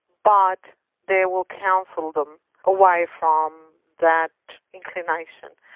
but they will counsel them away from that inclination.